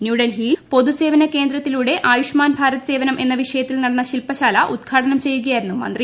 ന്യൂഡൽഹിയിൽ പൊതുസേവന കേന്ദ്രത്തിലൂടെ ആയൂഷ്മാൻ ഭാരത് സേവനം എന്ന വിഷയത്തിൽ നടന്ന ശില്പശാല ഉദ്ഘാടനം ചെയ്യുകയായിരുന്നു മന്ത്രി